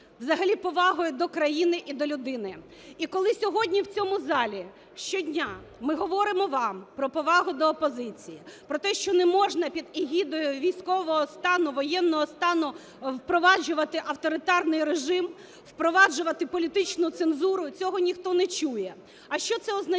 взагалі повагою до країни і до людини. І коли сьогодні в цьому залі щодня ми говоримо вам про повагу до опозиції, про те, що не можна під егідою військового стану, воєнного стану впроваджувати авторитарний режим, впроваджувати політичну цензуру, цього ніхто не чує. А що це означає?